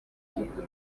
ihanurwa